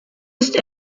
ist